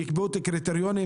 שיקבעו את הקריטריונים,